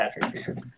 Patrick